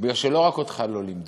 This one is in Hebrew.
כי לא רק אותך לא לימדו,